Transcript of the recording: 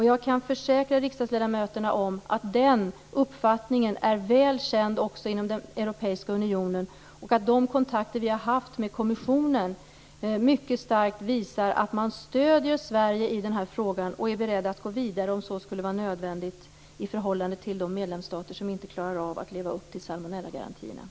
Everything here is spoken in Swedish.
Jag kan försäkra riksdagsledamöterna om att den uppfattningen är väl känd också inom den europeiska unionen och att de kontakter vi har haft med kommissionen mycket starkt visar att man stöder Sverige i frågan och är beredd att gå vidare om så skulle vara nödvändigt i förhållande till de medlemsstater som inte klarar av att leva upp till salmonellagarantierna.